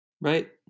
right